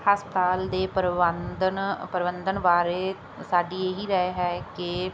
ਹਸਪਤਾਲ ਦੇ ਪ੍ਰਬੰਧਨ ਪ੍ਰਬੰਧਨ ਬਾਰੇ ਸਾਡੀ ਇਹ ਹੀ ਰਾਇ ਹੈ ਕਿ